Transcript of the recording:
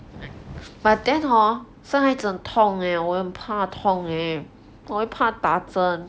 but then hor 生孩子很痛 eh 我很怕痛 eh 我会怕打针